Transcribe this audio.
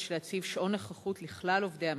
להציב שעון נוכחות לכלל עובדי המשק,